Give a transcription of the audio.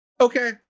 Okay